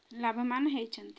ଲାଭବାନ ହୋଇଛନ୍ତି